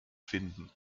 finden